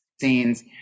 scenes